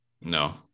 No